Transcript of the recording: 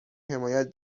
حمایت